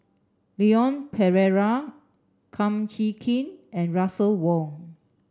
Leon Perera Kum Chee Kin and Russel Wong